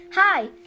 Hi